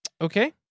okay